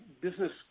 business